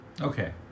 Okay